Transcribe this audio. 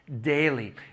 daily